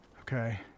Okay